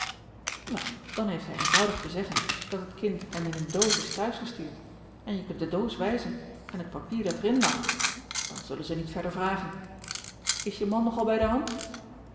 wel dan heeft hij eenvoudig te zeggen dat het kind hem in een doos is t'huis gestuurd en je kunt de doos wijzen en t papier dat er in lag dan zullen ze niet verder vragen is je man nog al bij de hand